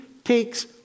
takes